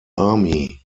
army